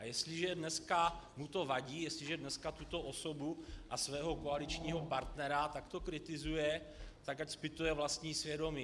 A jestliže dneska mu to vadí, jestliže dneska tuto osobu a svého koaličního partnera takto kritizuje, tak ať zpytuje vlastní svědomí.